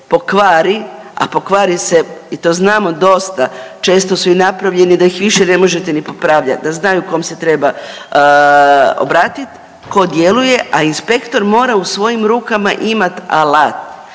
a pokvari se i to znamo dosta često su i napravljeni da ih više ne možete ni popravljati da znaju kom se treba obratiti, tko djeluje a inspektor mora u svojim rukama imati alat.